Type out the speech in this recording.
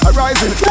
Arising